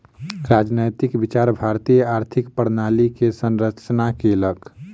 राजनैतिक विचार भारतीय आर्थिक प्रणाली के संरचना केलक